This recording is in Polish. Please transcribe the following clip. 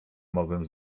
mogłem